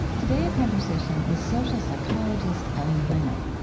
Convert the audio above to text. today, a conversation with social psychologist ellen langer.